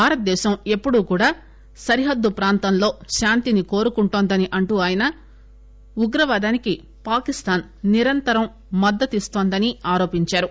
భారత దేశం ఎప్పుడూ కూడా సరిహద్దు ప్రాంతంలో శాంతిని కోరుకుంటోందని అంటూ ఆయన ఉగ్రవాదానికి పాకిస్తాన్ నిరంతరం మద్గతు ఇస్తోందని ఆరోపించారు